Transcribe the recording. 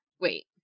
wait